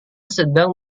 sedang